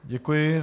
Děkuji.